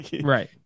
Right